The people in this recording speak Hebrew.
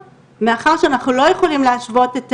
מאחר שאנחנו לא יכולים להשוות את